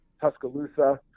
Tuscaloosa